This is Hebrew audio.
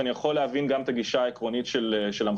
ואני יכול להבין גם את הגישה העקרונית של המחוקק,